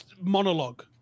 monologue